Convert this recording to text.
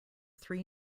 three